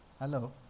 Hello